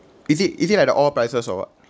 is it is it like the oil prices or what